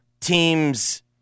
teams